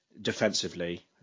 defensively